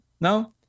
No